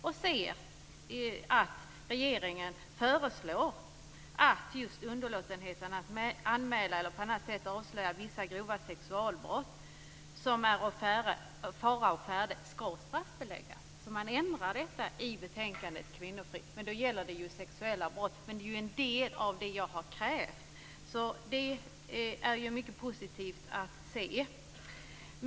Där föreslår regeringen att just underlåtenhet att anmäla eller på annat sätt avslöja vissa grova sexualbrott skall straffbeläggas. Man ändrar alltså detta i propositionen Kvinnofrid, men då gäller det sexuella brott. Men det är en del av det jag krävt. Det är mycket positivt att se detta.